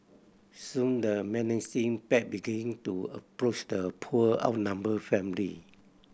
soon the menacing pack begin to approach the poor outnumbered family